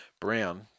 Brown